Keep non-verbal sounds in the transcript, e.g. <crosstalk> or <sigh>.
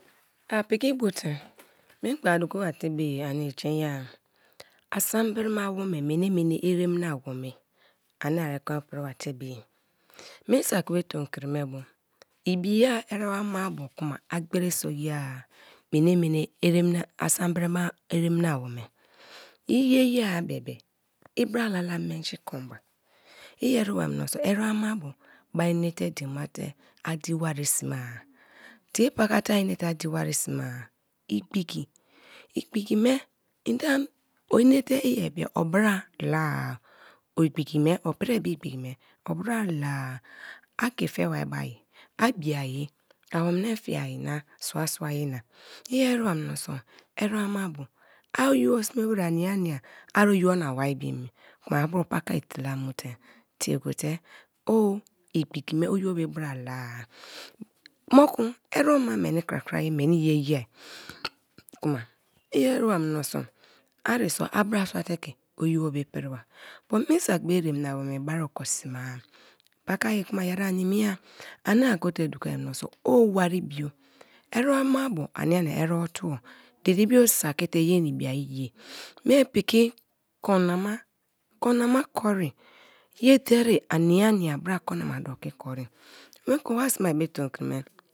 A piki bote <noise> memgba a duko ma te bo ye ani jen ye-a asambrima-wome mene mene eremina-awome ane a priba te bie me saki be tomkri me bo ibi-a erebo amabo kuma a gberi so ye-a mene-mene <unintelligible> asambrima eremi awome, i ye ye-a bebe i ibralala menji konba, i ereba mioso ere-amabo mai ne te dein ma te adi wari smea, tiepaka te ane adi wari sme-a igbiki, igbiki me <unintelligible> onete i ebia obra la-a a ke fe bari ba-ai, a bi-ai, awome na fiai na, suasua na, i ere ba mioso erem abo ayio sme wer ania nia ai-yuo na wari buemi kuma a bro paka etela mu te tie gote o igbiki me oyiobe bra la-a <noise> moku erema meni krakraye meni ye yeai kuma i ereba mioso a reso abra suateke oyibo priba but me saki be eremna wome bari oki sme; paka kuma yeri niniia ani gote dukai mioso o wari bio, ere-emabo; ania nia eretuo dede bio saki te ye na ibi-ai ye me piki kon nama; kon nama kori, ye dere ania nia bra kon nama doki kori, moku wa sme-a be tomkri me.